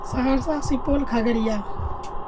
Saharsa Supaul Khagaria